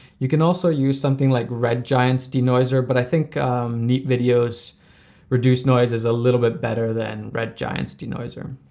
you can also use something like red giant's de-noiser, but i think neat video's reduce noise is a little bit better than red giant's de-noiser.